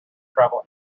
travel